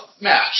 match